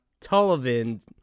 Tullivan